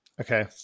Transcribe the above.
Okay